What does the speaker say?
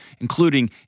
including